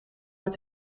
met